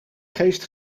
geest